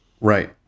Right